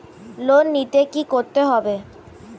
Loan নিতে কী করতে হবে?